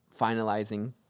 finalizing